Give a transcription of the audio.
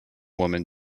woman